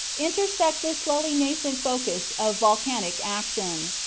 intersect this slowly nascent focus of volcanic action.